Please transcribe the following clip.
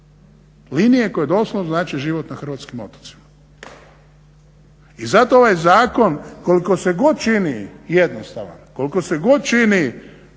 linije koje doslovno znače život na hrvatskim otocima. I zato ovaj zakon koliko se god čini jednostavan, koliko se god čini,